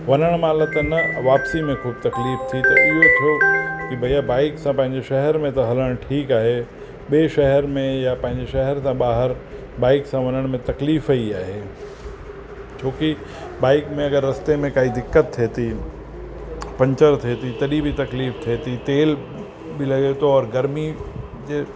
वञण महिल त न वापसी में ख़ूबु तकलीफ़ थी त इहो थियो की भैया बाइक सां पंहिंजो शहर में त हलण ठीकु आहे ॿिएं शहर में या पंहिंजे शहर खां ॿाहिरि बाइक सां वञण में तकलीफ़ ई आहे छो की बाइक में अगरि रस्ते में काई दिक़त थिए थी पंचर थिए थी तॾहिं बि तकलीफ़ थिए थी तेल बि लॻे थो और गर्मी जे